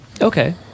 Okay